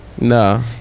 No